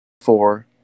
four